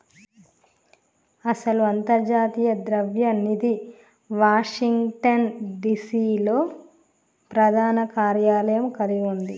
అసలు అంతర్జాతీయ ద్రవ్య నిధి వాషింగ్టన్ డిసి లో ప్రధాన కార్యాలయం కలిగి ఉంది